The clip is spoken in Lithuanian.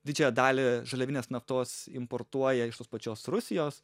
didžiąją dalį žaliavinės naftos importuoja iš tos pačios rusijos